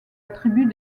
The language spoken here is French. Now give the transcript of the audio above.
attribue